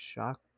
Shock